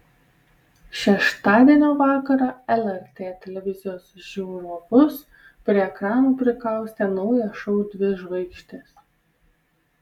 šeštadienio vakarą lrt televizijos žiūrovus prie ekranų prikaustė naujas šou dvi žvaigždės